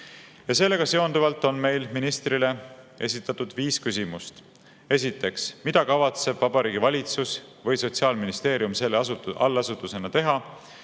kaitsta."Sellega seonduvalt on meil ministrile esitatud viis küsimust. Esiteks: "Mida kavatseb Vabariigi Valitsus või Sotsiaalministeerium selle asutusena teha,